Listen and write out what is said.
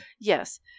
Yes